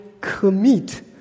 commit